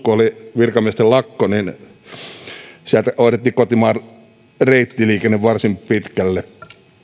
kun oli virkamiesten lakko sieltä hoidettiin kotimaan reittiliikenne varsin pitkälle